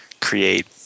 create